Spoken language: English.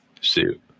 suit